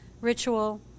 ritual